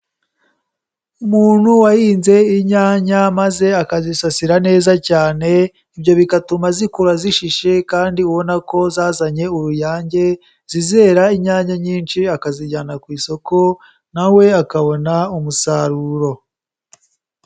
Umuntu wahinze inyanya maze akazisasira neza cyane, ibyo bigatuma zikura zishishe kandi ubona ko zazanye uruyange, zizera inyanya nyinshi akazijyana ku isoko, na we akabona umusaruro.